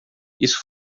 isso